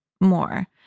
more